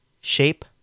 shape